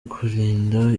kwirinda